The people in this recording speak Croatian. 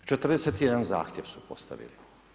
41 zahtjev su postavili.